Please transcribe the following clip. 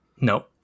No